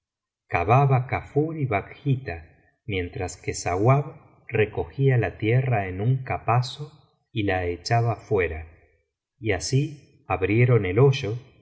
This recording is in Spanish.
cavaban kafur y bakhita mientras que sauab recogía la tierra en un capazo y la echaba fuera y así abrieron el hoyo